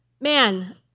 Man